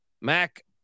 Mac